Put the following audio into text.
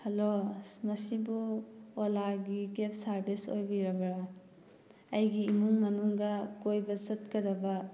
hello ꯑꯁ ꯃꯁꯤꯕꯨ ꯑꯣꯂꯥꯒꯤ ꯀꯦꯞ ꯁꯥꯔꯚꯤꯁ ꯑꯣꯏꯕꯤꯔꯕ꯭ꯔꯥ ꯑꯩꯒꯤ ꯏꯃꯨꯡ ꯃꯅꯨꯡꯒ ꯀꯣꯏꯕ ꯆꯠꯀꯗꯕ